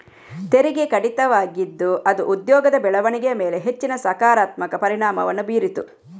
ತೆರಿಗೆ ಕಡಿತವಾಗಿದ್ದು ಅದು ಉದ್ಯೋಗದ ಬೆಳವಣಿಗೆಯ ಮೇಲೆ ಹೆಚ್ಚಿನ ಸಕಾರಾತ್ಮಕ ಪರಿಣಾಮವನ್ನು ಬೀರಿತು